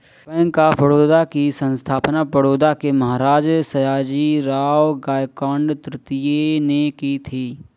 bank of Baroda की स्थापना बड़ौदा के महाराज सयाजीराव गायकवाड तृतीय ने की थी